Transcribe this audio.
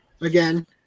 again